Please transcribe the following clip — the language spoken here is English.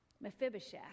Mephibosheth